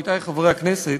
עמיתי חברי הכנסת,